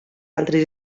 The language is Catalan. altres